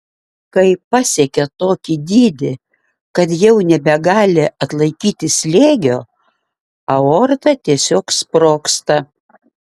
kai pasiekia tokį dydį kad jau nebegali atlaikyti slėgio aorta tiesiog sprogsta